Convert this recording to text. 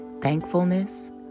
Thankfulness